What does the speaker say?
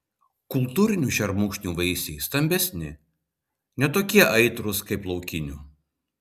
kultūrinių šermukšnių vaisiai stambesni ne tokie aitrūs kaip laukinių